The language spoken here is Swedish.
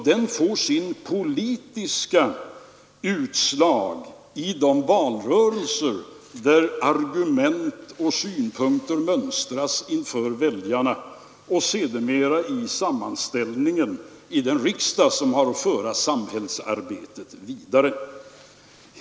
Denna får sitt politiska utslag i de valrörelser där argument och synpunkter mönstras inför väljarna och sedermera också i sammansättningen av den riksdag som har att föra samhällsarbetet vidare.